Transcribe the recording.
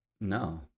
No